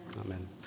amen